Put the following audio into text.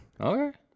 Okay